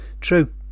true